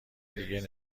دیگر